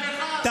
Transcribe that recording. מה פתאום.